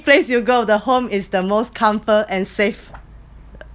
place you go the home is the most comfort and safe